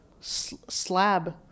slab